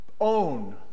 own